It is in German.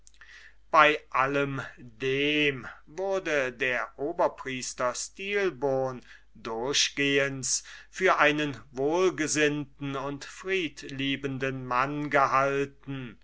bei allem dem wurde der oberpriester stilbon durchgehends für einen wohlgesinnten und friedliebenden mann gehalten